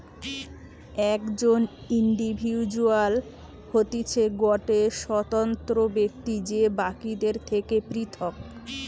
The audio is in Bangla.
একজন ইন্ডিভিজুয়াল হতিছে গটে স্বতন্ত্র ব্যক্তি যে বাকিদের থেকে পৃথক